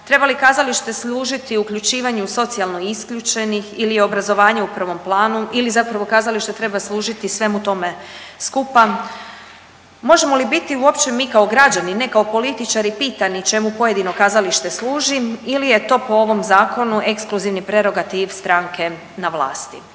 treba li kazalište služiti uključivanju socijalno isključenih ili je obrazovanje u prvom planu ili zapravo kazalište treba služiti svemu tome skupa? Možemo li biti uopće mi kao građani kao političari pitani čemu pojedino kazalište služi ili je to po ovom zakonu ekskluzivni prerogativ stranke na vlasti.